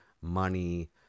money